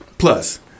Plus